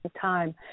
time